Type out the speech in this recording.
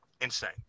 insane